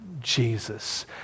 Jesus